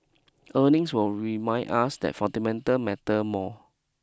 earnings will remind us that fundamental matter more